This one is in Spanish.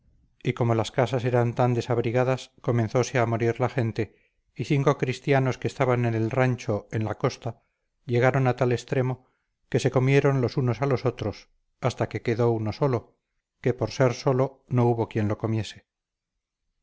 y como las casas eran tan desabrigadas comenzóse a morir la gente y cinco cristianos que estaban en el rancho en la costa llegaron a tal extremo que se comieron los unos a los otros hasta que quedó uno solo que por ser solo no hubo quien lo comiese